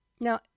Now